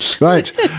Right